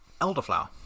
Elderflower